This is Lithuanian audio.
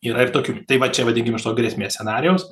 yra ir tokių tai va čia vadinkim iš tos grėsmės scenarijaus